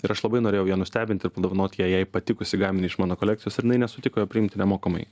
ir aš labai norėjau ją nustebinti ir padovanoti jai patikusį gaminį iš mano kolekcijos ir jinai nesutiko jo priimti nemokamai